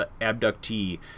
abductee